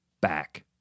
back